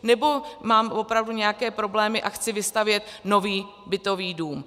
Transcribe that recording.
Nebo mám opravdu nějaké problémy a chci vystavět nový bytový dům?